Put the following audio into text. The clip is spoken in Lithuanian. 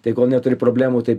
tai kol neturi problemų tai